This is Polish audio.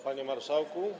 Panie Marszałku!